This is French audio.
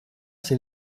c’est